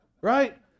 Right